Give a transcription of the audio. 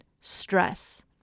stress